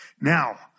Now